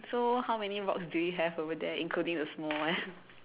so how many rocks do you have over there including the small one